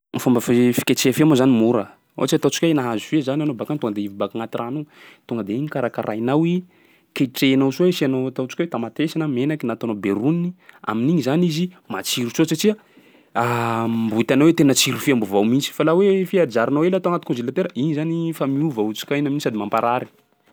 Ny fomba fi- fiketreha fia moa zany mora, ohatsy hoe ataontsika hoe nahazo fia zany anao baka agny tonga de i baka agnaty rano io, tonga de igny karakarainao i, kitrehanao soa i asianao ataontsika hoe tamatesy na menaky na ataonao be roniny. Amin'igny zany izy matsiro soa satsia mbô hitanao hoe tena tsiro fiam-baovao mihitsy, fa laha hoe fia ajarinao ela atao agnaty congélateur, igny zany fa miova otrikaina amin'iny sady mamparary.